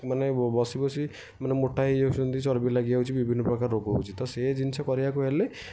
ମାନେ ବସି ବସି ମାନେ ମୋଟା ହୋଇଯାଉଛନ୍ତି ଚର୍ବି ଲାଗିଯାଉଛି ବିଭିନ୍ନ ପ୍ରକାର ରୋଗ ହେଉଛି ତ ସେ ଜିନିଷ କରିବାକୁ ହେଲେ